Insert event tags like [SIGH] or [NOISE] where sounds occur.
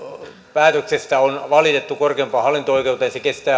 päätöksestä on valitettu korkeimpaan hallinto oikeuteen se kestää [UNINTELLIGIBLE]